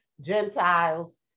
Gentiles